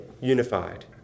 unified